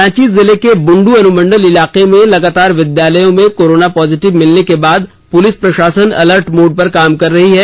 रांची जिले के बुंडू अनुमण्डल इलाके में लगातार विद्यालयों में कोरोना पॉजिटिव मिलने के बाद पुलिस प्रशासन अलर्ट मोड पर काम कर रही है